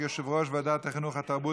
ברשות יושב-ראש הישיבה,